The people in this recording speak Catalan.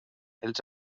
els